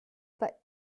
pas